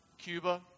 Cuba